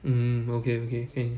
mm okay okay can